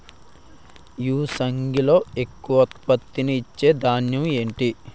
యాసంగిలో ఎక్కువ ఉత్పత్తిని ఇచే ధాన్యం ఏంటి?